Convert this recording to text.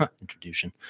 Introduction